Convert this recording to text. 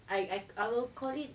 I I will call it